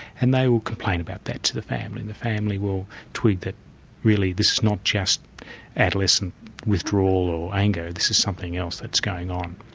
and they will complain about that to the family. and the family will twig that really this is not just adolescent withdrawal or anger, this is something else that's going on.